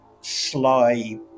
sly